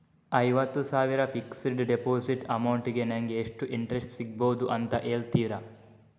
ಐವತ್ತು ಸಾವಿರ fixed deposit amount ಗೆ ನಂಗೆ ಎಷ್ಟು ಇಂಟ್ರೆಸ್ಟ್ ಸಿಗ್ಬಹುದು ಅಂತ ಹೇಳ್ತೀರಾ?